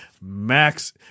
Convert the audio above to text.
Max